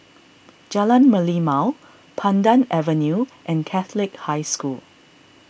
Jalan Merlimau Pandan Avenue and Catholic High School